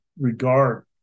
regard